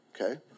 Okay